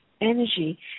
energy